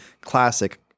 classic